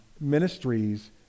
ministries